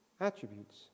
attributes